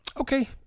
okay